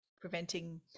Preventing